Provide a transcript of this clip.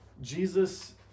Jesus